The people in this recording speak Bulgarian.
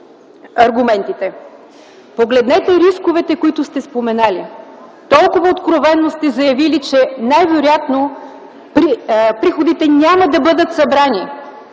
бюджета. Погледнете рисковете, които сте споменали! Толкова откровено сте заявили, че най-вероятно приходите няма да бъдат събрани!